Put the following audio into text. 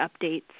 updates